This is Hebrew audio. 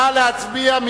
נא להצביע.